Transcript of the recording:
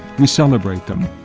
we celebrate them,